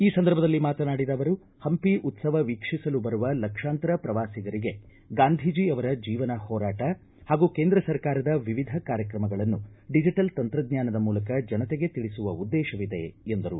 ಈ ಸಂದರ್ಭದಲ್ಲಿ ಮಾತನಾಡಿದ ಅವರು ಹಂಪಿ ಉತ್ತವ ವೀಕ್ಷಿಸಲು ಬರುವ ಲಕ್ಷಾಂತರ ಪ್ರವಾಸಿಗರಿಗೆ ಗಾಂಧೀಜಿ ಅವರ ಜೀವನ ಹೋರಾಟ ಹಾಗೂ ಕೇಂದ್ರ ಸರ್ಕಾರದ ವಿವಿಧ ಕಾರ್ಯಕ್ರಮಗಳನ್ನು ಡಿಜಿಟಲ್ ತಂತ್ರಜ್ಞಾನದ ಮೂಲಕ ಜನತೆಗೆ ತಿಳಿಸುವ ಉದ್ದೇಶವಿದೆ ಎಂದರು